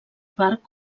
part